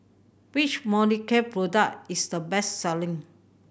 which Molicare product is the best selling